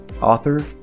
author